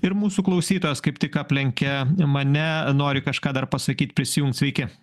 ir mūsų klausytojas kaip tik aplenkia mane nori kažką dar pasakyt prisijungt sveiki